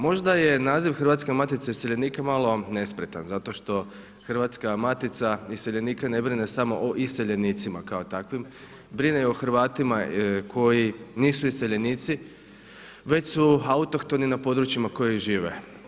Možda je naziv Hrvatske matice iseljenika malo nespretan zato što Hrvatska matica iseljenika ne brine samo o iseljenicima kao takvim, brine o Hrvatima koji nisu iseljenici već su autohtoni na područjima koji žive.